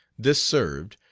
this served,